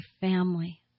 family